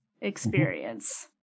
experience